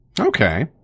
Okay